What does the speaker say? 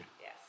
Yes